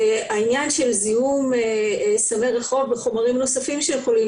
העניין של זיהום סמי רחוב וחומרים נוספים שיכולים